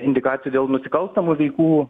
indikacijų dėl nusikalstamų veikų